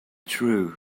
true